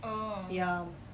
ya